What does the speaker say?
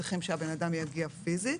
צריכים שהבן אדם יגיע פיזית,